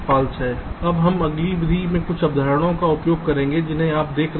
अब हम अगली विधि में कुछ अवधारणाओं का उपयोग करेंगे जिन्हें आप देख रहे होंगे